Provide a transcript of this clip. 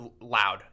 loud